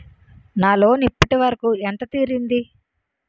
నా లోన్ ఇప్పటి వరకూ ఎంత తీరింది?